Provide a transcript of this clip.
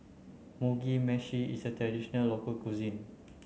Mugi Meshi is a traditional local cuisine